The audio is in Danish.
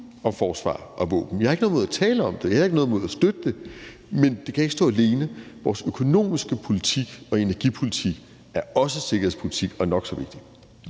om forsvar og våben. Jeg har ikke noget imod at tale om det, jeg har ikke noget imod at støtte det, men det kan ikke stå alene. Vores økonomiske politik og energipolitik er også sikkerhedspolitik, og det er nok så vigtigt.